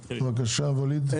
בבקשה, ואליד.